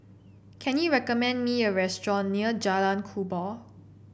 can you recommend me a restaurant near Jalan Kubor